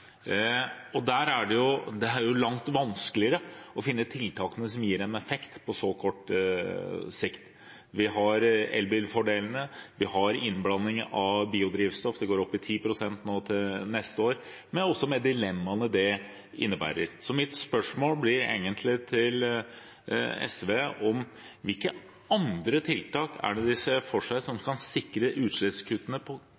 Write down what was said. Det er jo langt vanskeligere å finne tiltakene som gir en effekt på så kort sikt. Vi har elbil-fordelene, vi har innblanding av biodrivstoff – det går opp til 10 pst. nå til neste år – men også med dilemmaene det innebærer. Mitt spørsmål til SV blir egentlig: Hvilke andre tiltak er det de ser for seg kan sikre utslippskuttene på